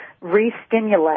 re-stimulate